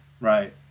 Right